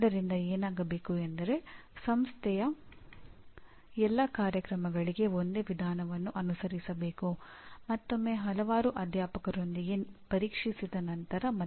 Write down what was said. ಆದ್ದರಿಂದ 2015ಕ್ಕಿಂತ ಮೊದಲು ಮಾನ್ಯತೆ ಇನ್ಪುಟ್ಗಳ ಮೇಲೆ ಕೇಂದ್ರೀಕೃತವಾಗಿತ್ತು